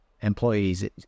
employees